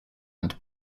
and